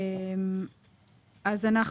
בסדר, לא התקבל זה בסוף, האחרון.